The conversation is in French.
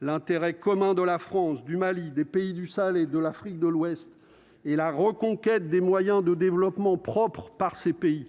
l'intérêt commun de la France, du Mali, des pays du Sahel et de l'Afrique de l'Ouest et la reconquête des moyens de développement propres par ces pays